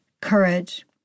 courage